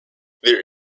there